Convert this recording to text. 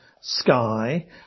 sky